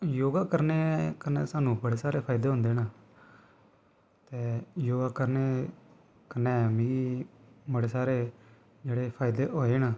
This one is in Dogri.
योगा करने कन्नै सानूं बड़े सारे फायदे होंदे न ते योगा करने कन्नै मिगी बड़े सारे जेह्ड़े फायदे होए न